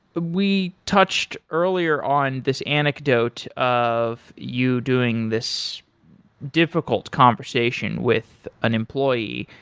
we touched earlier on this anecdote of you doing this difficult conversation with an employee.